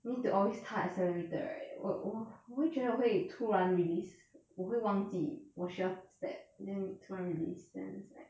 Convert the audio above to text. need to always 踏 accelerator right 我我我会觉得我会突然 release 我会忘记我需要 step then 突然 release then it's like